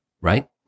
right